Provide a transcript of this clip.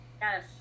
Yes